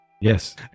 Yes